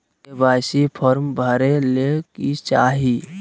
KYC form भरे ले कि चाही?